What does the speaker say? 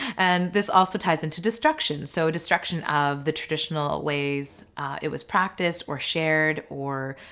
and this also ties into destruction so destruction of the traditional ways it was practiced or shared or